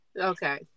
okay